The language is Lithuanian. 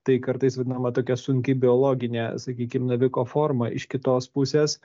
tai kartais vadinama tokia sunki biologinė sakykim naviko forma iš kitos pusės